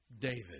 David